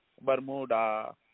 Bermuda